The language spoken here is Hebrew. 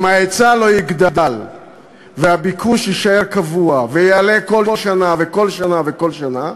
אם ההיצע לא יגדל והביקוש יישאר קבוע ויעלה כל שנה וכל שנה וכל שנה,